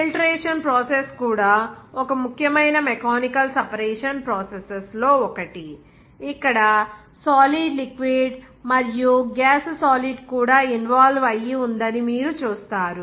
filtration process కూడా ఒక ముఖ్యమైన మెకానికల్ సెపరేషన్ ప్రాసెసస్ లో ఒకటి ఇక్కడ సాలిడ్ లిక్విడ్ మరియు గ్యాస్ సాలిడ్ కూడా ఇన్వాల్వ్ అయ్యి ఉందని మీరు చూస్తారు